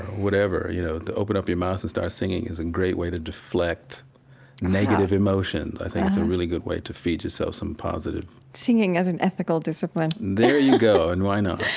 whatever, you know, to open up your mouth and start singing is a and great way to deflect negative emotion. i think it's a really good way to feed yourself some positive singing as an ethical discipline there you go. and why not,